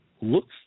looks